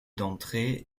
d’entrée